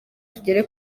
tugere